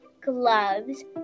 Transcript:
gloves